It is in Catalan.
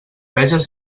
veges